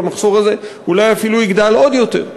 והמחסור הזה אולי אפילו יגדל עוד יותר.